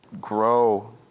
grow